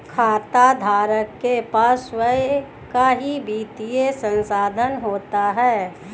खाताधारक के पास स्वंय का वित्तीय संसाधन होता है